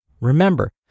remember